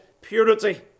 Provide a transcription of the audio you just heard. purity